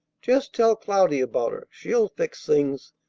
just tell cloudy about her. she'll fix things.